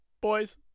Boys